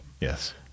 Yes